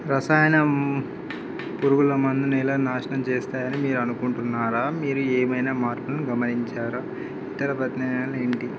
రసాయనం పురుగుల మందుని ఎలా నాశనం చేస్తాయని మీరు అనుకుంటున్నారా మీరు ఏమైనా మార్పులను గమనించారా ఇతర ప్రత్యయాలులేంటి